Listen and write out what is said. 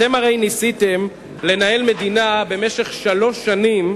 ניסיתם לנהל מדינה במשך שלוש שנים,